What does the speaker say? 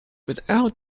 without